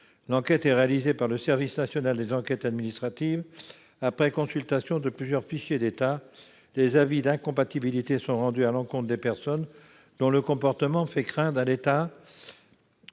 L'enquête est réalisée par le service national des enquêtes administratives de sécurité après consultation de plusieurs fichiers d'État. Les avis d'incompatibilité sont rendus à l'encontre des personnes dont le comportement fait craindre à l'État